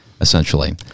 essentially